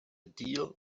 deal